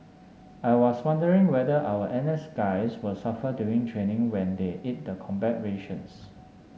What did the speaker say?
I was wondering whether our N S guys will suffer during training when they eat the combat rations